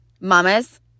mama's